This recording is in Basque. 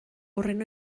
horren